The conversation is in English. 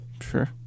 sure